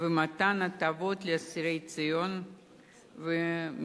ומתן הטבות לאסירי ציון ולמשפחותיהם.